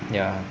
ya